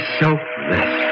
selfless